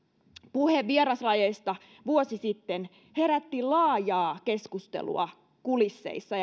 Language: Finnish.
puhe vieraslajeista vuosi sitten herätti laajaa keskustelua kulisseissa